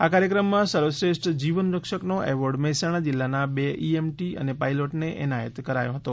આ કાર્યક્રમમાં સર્વશ્રેષ્ઠ જીવન રક્ષકનો એવોર્ડ મહેસાણા જિલ્લાના બે ઈએમટી અને પાઇલોટને એનાયત કરાયો હતો